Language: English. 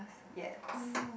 yes